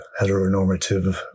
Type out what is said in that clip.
heteronormative